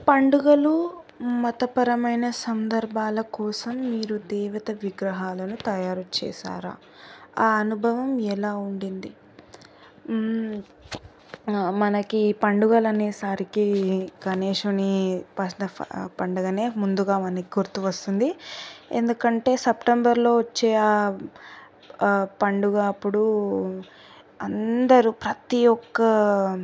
పండగలు మతపరమైన సందర్భాల కోసం మీరు దేవత విగ్రహాలను తయారు చేసారా ఆ అనుభవం ఎలా ఉండింది మనకి ఈ పండగలు అనేసారికి గణేశుని పండగనే ముందుగా మనకి గుర్తుకు వస్తుంది ఎందుకంటే సెప్టెంబర్లో వచ్చే పండగ అప్పుడు అందరూ ప్రత ఒక్క